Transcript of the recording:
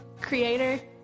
Creator